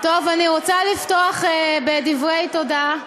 טוב, אני רוצה לפתוח בדברי תודה.